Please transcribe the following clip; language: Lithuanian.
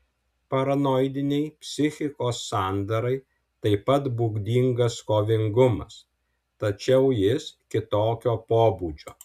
paranoidinei psichikos sandarai taip pat būdingas kovingumas tačiau jis kitokio pobūdžio